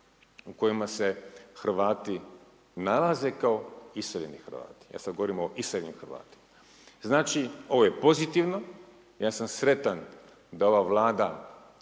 u kojima se Hrvati nalaze kao iseljeni Hrvati. Ja sad govorim o iseljenim Hrvatima. Znači ovo je pozitivno, ja sam sretan da ova Vlada